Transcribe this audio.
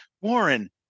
Warren